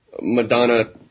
Madonna